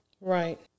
Right